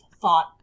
thought